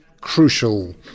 crucial